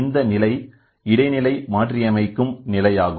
இந்த நிலை இடைநிலை மாற்றியமைக்கும் நிலையாகும்